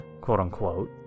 quote-unquote